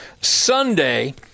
Sunday